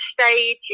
stage